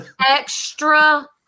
Extra